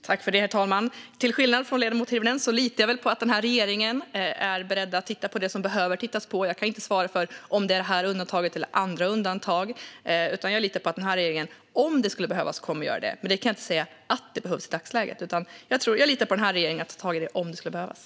Herr talman! Till skillnad från ledamoten Hirvonen litar jag på att regeringen är beredd att titta på det som behöver tittas på. Jag kan inte svara för om det är det här undantaget eller andra undantag. Jag litar på att regeringen - om det skulle behövas - kommer att göra det. Men i dagsläget kan jag inte säga att det behövs, utan jag litar på att regeringen tar tag i det om det skulle behövas.